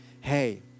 hey